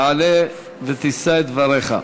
תעלה ותישא את דבריך.